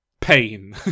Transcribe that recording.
pain